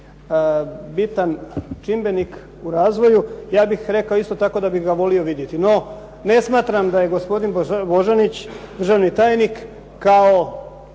bitan čimbenik u razvoju, ja bih rekao isto tako da bih ga volio vidjeti. NO, ne smatram da je gospodin Bozanić državni tajnik, kao